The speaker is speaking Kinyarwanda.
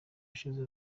ushize